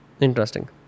Interesting